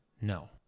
No